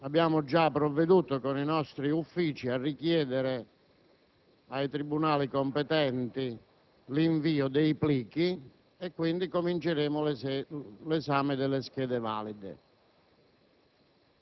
Abbiamo già provveduto, attraverso i nostri Uffici, a richiedere ai tribunali competenti l'invio dei plichi e quindi quanto prima cominceremo l'esame delle schede valide.